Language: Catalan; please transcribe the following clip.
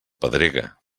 pedrega